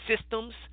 systems